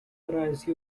arise